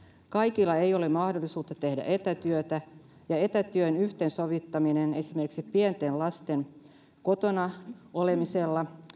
kaikilla ei ole mahdollisuutta tehdä etätyötä ja etätyön yhteensovittaminen esimerkiksi pienten lasten kotona olemiseen